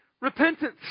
repentance